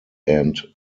and